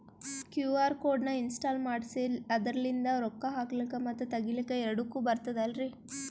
QR code ನ install ಮಾಡೆಸಿ ಅದರ್ಲಿಂದ ರೊಕ್ಕ ಹಾಕ್ಲಕ್ಕ ಮತ್ತ ತಗಿಲಕ ಎರಡುಕ್ಕು ಬರ್ತದಲ್ರಿ?